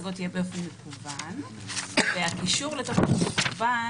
השגות תהיה באופן מקוון והקישור לטופס מקוון,